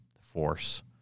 force